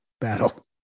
battle